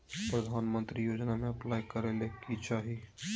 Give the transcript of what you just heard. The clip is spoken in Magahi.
प्रधानमंत्री योजना में अप्लाई करें ले की चाही?